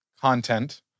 content